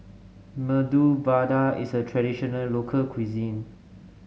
Medu Vada is a traditional local cuisine